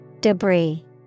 Debris